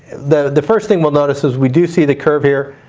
the the first thing we'll notice is we do see the curve here,